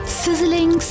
sizzling